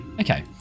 okay